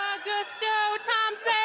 augusto thompsy.